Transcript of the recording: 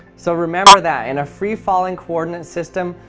so remember that in a free-falling coordinate system,